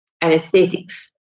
anesthetics